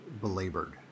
belabored